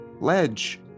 ledge